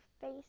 face